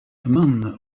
man